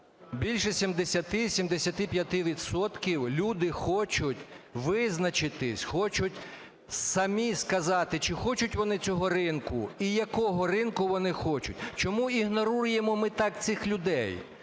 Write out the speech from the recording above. більше 70-75 відсотків люди хочуть визначитись, хочуть самі сказати, чи хочуть вони цього ринку і якого ринку вони хочуть. Чому ігноруємо ми так цих людей?